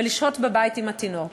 ולשהות בבית עם התינוק.